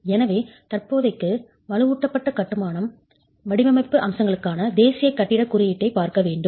எனவே தற்போதைக்கு வலுவூட்டப்பட்ட கட்டுமான வடிவமைப்பு அம்சங்களுக்கான தேசிய கட்டிடக் குறியீட்டைப் பார்க்க வேண்டும்